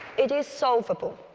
it is solvable.